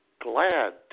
glad